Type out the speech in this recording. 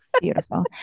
Beautiful